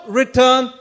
return